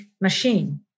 machine